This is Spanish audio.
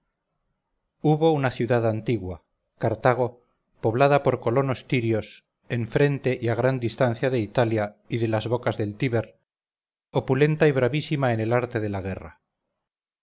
hubo una ciudad antigua cartago poblada por colonos tirios en frente y a gran distancia de italia y de las bocas del tíber opulenta y bravísima en el arte de la guerra